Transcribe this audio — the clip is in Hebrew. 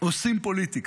עושים פוליטיקה,